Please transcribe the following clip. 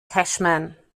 cashman